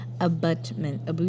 abutment